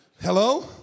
Hello